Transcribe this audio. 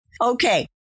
Okay